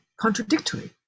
contradictory